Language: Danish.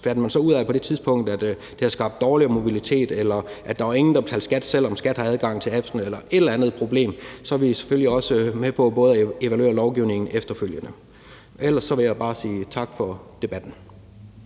på det tidspunkt, at det har skabt dårligere mobilitet, eller at der ikke var nogen, der betalte skat, selv om skattevæsenet har adgang til appsene, eller et eller andet problem, så er vi selvfølgelig også med på at evaluere lovgivningen efterfølgende. Ellers vil jeg bare sige tak for debatten.